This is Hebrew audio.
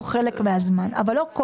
אין.